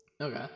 Okay